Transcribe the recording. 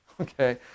Okay